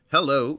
Hello